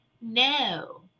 no